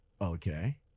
Okay